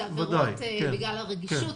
בגלל הרגישות,